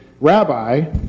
Rabbi